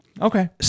Okay